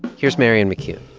here's marianne mccune